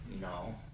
no